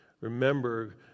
remember